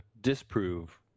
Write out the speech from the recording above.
disprove